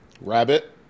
Rabbit